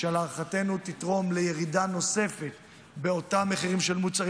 שלהערכתנו תתרום לירידה נוספת באותם מחירים של מוצרים.